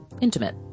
intimate